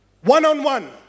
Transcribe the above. one-on-one